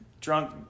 Drunk